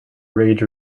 rage